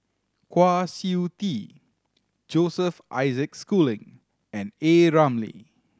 Kwa Siew Tee Joseph Isaac Schooling and A Ramli